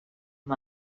amb